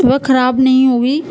وہ خراب نہیں ہوگی